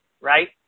right